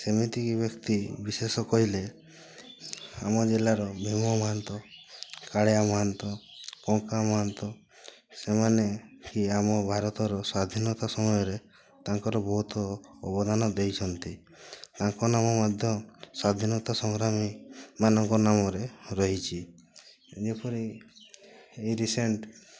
ସେମିତି ବ୍ୟକ୍ତି ବିଶେଷ କହିଲେ ଆମ ଜିଲ୍ଲାର ଭୀମ ମହାନ୍ତ କାଳିଆ ମହାନ୍ତ କଙ୍କା ମହାନ୍ତ ସେମାନେ ହିଁ ଆମ ଭାରତର ସ୍ୱାଧିନତା ସମୟରେ ତାଙ୍କର ବହୁତ ଅବଦାନ ଦେଇଛନ୍ତି ତାଙ୍କ ନାମ ମଧ୍ୟ ସ୍ୱାଧିନତା ସଂଗ୍ରାମୀମାନଙ୍କ ନାମରେ ରହିଛି ଯେପରି ଏଇ ରିସେଣ୍ଟ୍